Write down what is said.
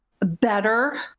better